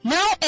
Now